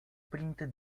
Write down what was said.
приняты